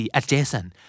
adjacent